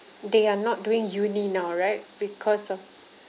they are not doing university now right because of